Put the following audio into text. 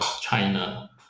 China